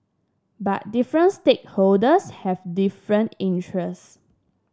but different stakeholder have different interests